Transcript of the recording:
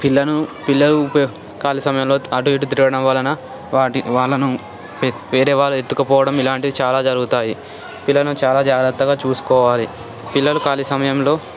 పిల్లను పిల్లలు ఊరికే ఖాళీ సమయంలో అటు ఇటు తిరగడం వలన వాహనం వేరే వాళ్ళు ఎత్తుకపోవడం ఇలాంటివి చాలా జరుగుతాయి పిల్లలను చాలా జాగ్రత్తగా చూసుకోవాలి పిల్లలు ఖాళీ సమయంలో